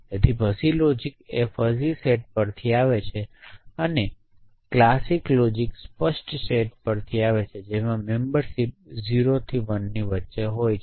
તેથી fuzzy logic એ fuzzy set પર થી આવે છે અને અને ક્લાસિક લોજિક સ્પષ્ટ સેટથી આવે છે જેમાં મેમ્બરશિપ 0 થી 1 ની વચ્ચે હોય છે